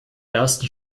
ersten